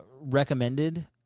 recommended